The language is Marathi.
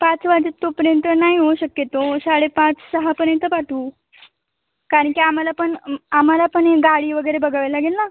पाच वाजेतोपर्यंत नाही होऊ शक्यतो साडेपाच सहापर्यंत पाठवू कारण की आम्हाला पण आम्हाला पण हे गाडी वगैरे बघावे लागेल ना